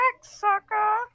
sucker